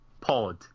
pod